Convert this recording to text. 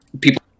people